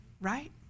right